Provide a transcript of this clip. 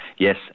Yes